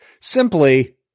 simply